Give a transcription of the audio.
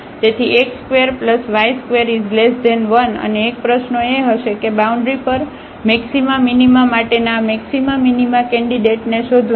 તેથી x2y21 અને એક પ્રશ્નો એ હશે કે બાઉન્ડ્રી પર મેક્સિમા મિનિમા માટેના આ મેક્સિમા મિનિમા કેન્ડિડેટને શોધવાનું